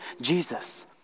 Jesus